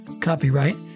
Copyright